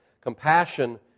Compassion